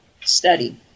study